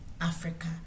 Africa